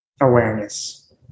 awareness